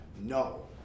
No